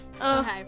Okay